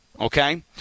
okay